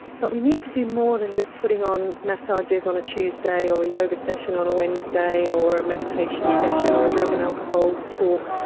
but we need to do more than just putting on massages on tuesday or a yoga session on wednesday or a meditation session or a drug and alcohol talk,